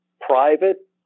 private